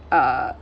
uh